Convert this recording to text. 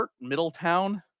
Middletown